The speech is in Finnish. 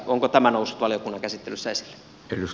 onko tämä noussut valiokunnan käsittelyssä esille